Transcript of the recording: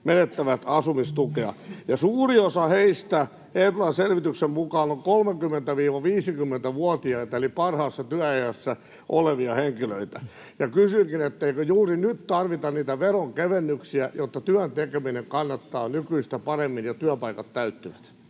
Perustulo auttaisi!] Ja suuri osa heistä Etlan selvityksen mukaan on 30—50-vuotiaita eli parhaassa työiässä olevia henkilöitä. Kysynkin: eikö juuri nyt tarvita niitä veronkevennyksiä, jotta työn tekeminen kannattaa nykyistä paremmin ja työpaikat täyttyvät?